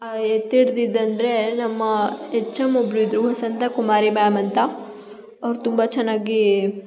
ಎತ್ತಿ ಹಿಡ್ದಿದ್ದು ಅಂದರೆ ನಮ್ಮ ಎಚ್ ಎಮ್ ಒಬ್ಬರು ಇದ್ದರು ಸಂತ ಕುಮಾರಿ ಮ್ಯಾಮ್ ಅಂತ ಅವ್ರು ತುಂಬ ಚೆನ್ನಾಗಿ